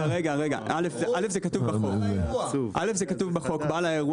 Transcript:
זה כתוב בחוק.